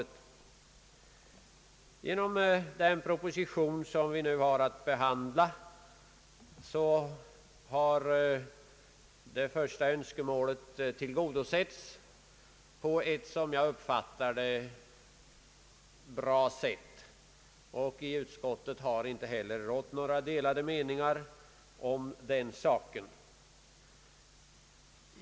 Genom den proposition som vi nu har att behandla har det första önskemålet tillgodosetts på ett, som jag uppfattar det, bra sätt. Det har inte heller rått några delade meningar inom utskottet om den saken.